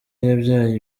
yabyaye